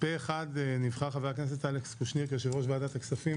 פה אחד נבחר חבר הכנסת אלכס קושניר כיושב-ראש ועדת הכספים,